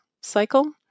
cycle